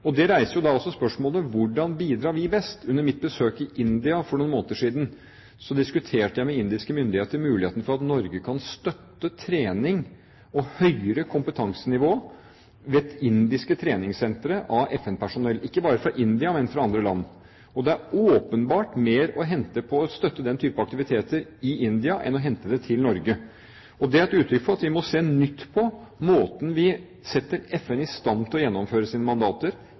India for noen måneder siden diskuterte jeg med indiske myndigheter muligheten for at Norge kan støtte trening og høyere kompetansenivå ved indiske treningssentre av FN-personell, ikke bare fra India, men også fra andre land. Det er åpenbart mer å hente på å støtte den type aktiviteter i India enn at det hentes til Norge. Det er et uttrykk for at vi må se nytt på måten vi setter FN i stand til å gjennomføre sine mandater